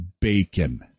bacon